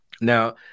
Now